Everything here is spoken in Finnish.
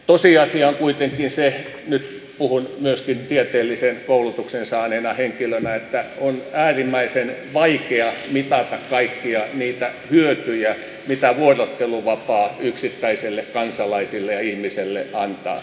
tosiasia on kuitenkin se nyt puhun myöskin tieteellisen koulutuksen saaneena henkilönä että on äärimmäisen vaikea mitata kaikkia niitä hyötyjä mitä vuorotteluvapaa yksittäiselle kansalaiselle ja ihmiselle antaa